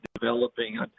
developing